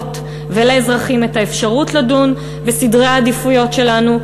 ולאזרחים האפשרות לדון בסדרי העדיפויות שלנו.